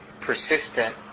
persistent